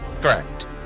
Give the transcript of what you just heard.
Correct